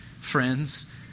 friends